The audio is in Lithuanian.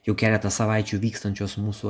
jau keletą savaičių vykstančios mūsų